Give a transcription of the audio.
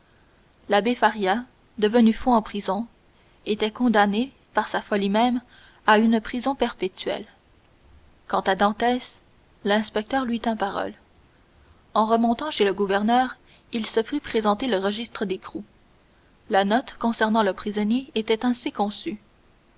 l'abbé faria devenu fou en prison était condamné par sa folie même à une prison perpétuelle quant à dantès l'inspecteur lui tint parole en remontant chez le gouverneur il se fit présenter le registre d'écrou la note concernant le prisonnier était ainsi conçue